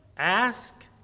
Ask